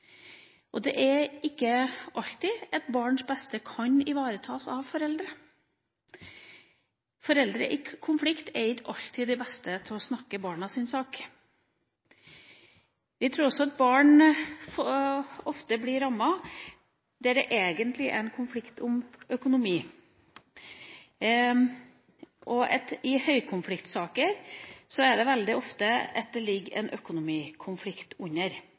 Det er ikke alltid at barns beste kan ivaretas av foreldre. Foreldre i konflikt er ikke alltid de beste til å snakke barnas sak. Vi tror også at barn ofte blir rammet der det egentlig er en konflikt om økonomi. I høykonfliktsaker ligger det veldig ofte en økonomikonflikt under.